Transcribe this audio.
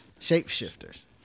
Shapeshifters